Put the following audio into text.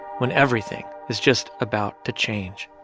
when everything is just about to change.